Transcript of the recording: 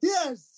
Yes